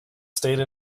state